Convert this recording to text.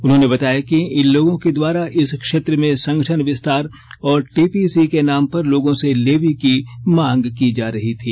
उन्होंने बताया कि इनलोगों के द्वारा इस क्षेत्र में संगठन विस्तार और टीपीसी के नाम पर लोगों से लेवी की मांग की जा रही थी